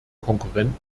konkurrenten